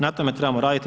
Na tome trebamo raditi.